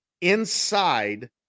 inside